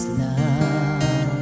love